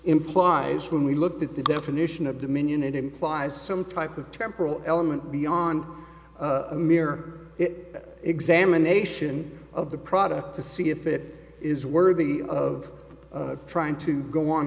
implies when we look at the definition of dominion it implies some type of temporal element beyond a mere it examination of the product to see if it is worthy of trying to go on